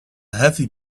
heavy